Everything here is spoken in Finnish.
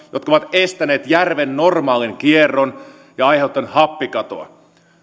jotka ovat estäneet järven normaalin kierron ja aiheuttaneet happikatoa